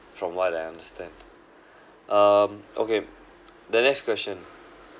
from what I understand um okay the next question